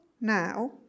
Now